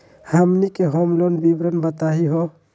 हमनी के home loan के विवरण बताही हो?